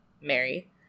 Mary